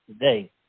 today